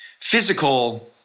physical –